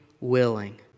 willing